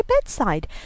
bedside